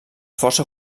força